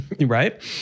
Right